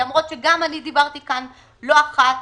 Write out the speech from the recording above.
למרות שגם אני דיברתי כאן לא אחת